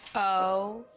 oh,